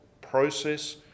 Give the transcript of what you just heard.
process